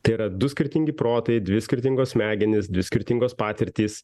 tėra du skirtingi protai dvi skirtingos smegenys dvi skirtingos patirtys